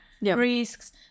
risks